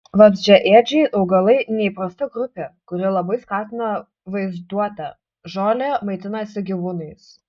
vabzdžiaėdžiai augalai neįprasta grupė kuri labai skatina vaizduotę žolė maitinasi gyvūnais